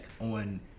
on